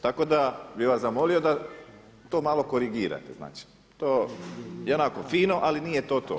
Tako da bih vas zamolio da to malo korigirate, to je onako fino, ali nije to to.